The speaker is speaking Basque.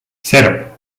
zero